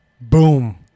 Boom